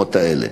במקומות האלה.